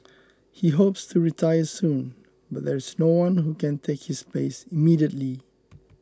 he hopes to retire soon but there is no one who can take his place immediately